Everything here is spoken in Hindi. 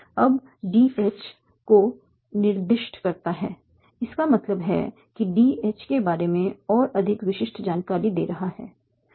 अब D H को निर्दिष्ट करता है इसका मतलब है कि D H के बारे में और अधिक विशिष्ट जानकारी दे रहा है